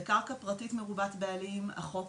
בקרקע פרטית מרובת בעלים החוק